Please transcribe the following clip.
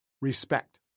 Respect